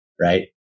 right